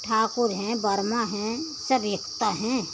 ठाकुर हैं वर्मा हैं सब एकता हैं